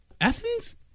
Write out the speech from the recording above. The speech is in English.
Athens